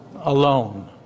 alone